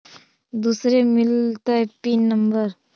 दुसरे मिलतै pin number?